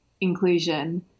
inclusion